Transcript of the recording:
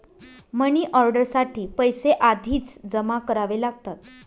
money order साठी पैसे आधीच जमा करावे लागतात